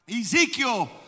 Ezekiel